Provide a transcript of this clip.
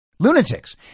Lunatics